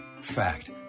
Fact